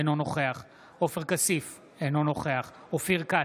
אינו נוכח עופר כסיף, אינו נוכח אופיר כץ,